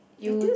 you